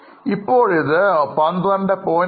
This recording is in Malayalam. ഇപ്പോഴിത് 12